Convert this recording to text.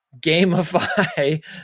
gamify